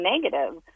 negative